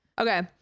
Okay